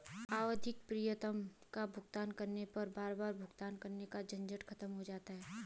आवधिक प्रीमियम का भुगतान करने पर बार बार भुगतान का झंझट खत्म होता है